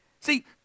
See